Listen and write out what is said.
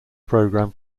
program